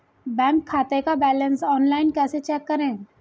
Bank खाते का balance online कैसे चेक करें?